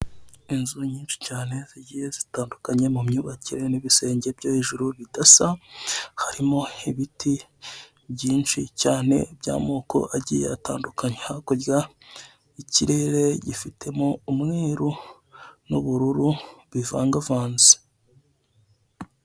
Inzu nyinshi cyane zigiye zitandukanye mu myubakire n'ibisenge byo hejuru bidasa, harimo ubiti byinshi cyane by'amoko agiye atandukanye. Hakurya ikirere gifitemo umweru n'ubururu bivangavanze